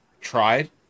tried